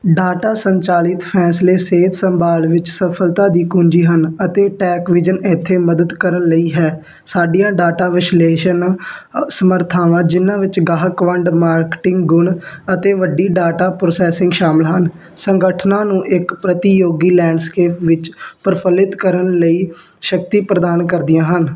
data ਸੰਚਾਲਿਤ ਫੈਸਲੇ ਸਿਹਤ ਸੰਭਾਲ ਵਿੱਚ ਸਫਲਤਾ ਦੀ ਕੁੰਜੀ ਹਨ ਅਤੇ ਟੈੱਕਵਿਜ਼ਨ ਇੱਥੇ ਮਦਦ ਕਰਨ ਲਈ ਹੈ ਸਾਡੀਆਂ ਡੇਟਾ ਵਿਸ਼ਲੇਸ਼ਣ ਸਮਰਥਾਵਾਂ ਜਿਨ੍ਹਾਂ ਵਿੱਚ ਗਾਹਕ ਵੰਡ ਮਾਰਕੀਟਿੰਗ ਗੁਣ ਅਤੇ ਵੱਡੀ ਡਾਟਾ ਪ੍ਰੋਸੈਸਿੰਗ ਸ਼ਾਮਿਲ ਹਨ ਸੰਗਠਨਾਂ ਨੂੰ ਇੱਕ ਪ੍ਰਤੀਯੋਗੀ ਲੈਂਡਸਕੇਪ ਵਿੱਚ ਪ੍ਰਫੁੱਲਿਤ ਕਰਨ ਲਈ ਸ਼ਕਤੀ ਪ੍ਰਦਾਨ ਕਰਦੀਆਂ ਹਨ